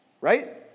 Right